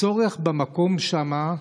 הצורך במקום שם,